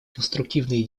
конструктивные